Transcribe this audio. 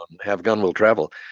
have-gun-will-travel